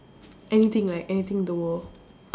anything like anything in the world